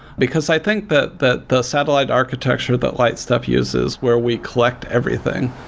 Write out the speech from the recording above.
because i think but that the satellite architecture that lightstep uses where we collect everything,